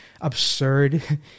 absurd